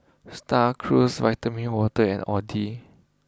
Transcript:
Star Cruise Vitamin Water and Audi